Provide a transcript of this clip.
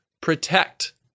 protect